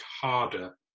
harder